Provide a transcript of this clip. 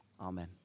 amen